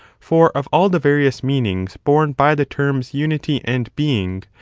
for, of all the various meanings borne by the terms unity and being,